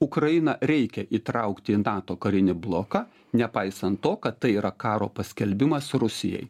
ukrainą reikia įtraukti į nato karinį bloką nepaisant to kad tai yra karo paskelbimas rusijai